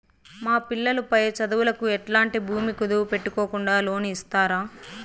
మా పిల్లలు పై చదువులకు ఎట్లాంటి భూమి కుదువు పెట్టుకోకుండా లోను ఇస్తారా